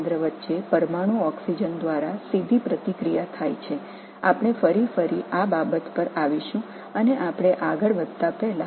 இந்த இரண்டு மையங்களில் நேரடியாக ஆக்ஸிஜன் மூலக்கூறு போதுமானதாகவோ அல்லது சிறிது நீளமாகவோ இணைப்பில் இருக்கலாம்